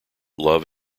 love